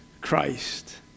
Christ